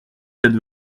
cette